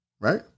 right